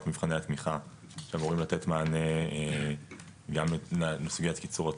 מבחני התמיכה שאמורים לתת מענה גם לסוגיית קיצור התורים,